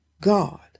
God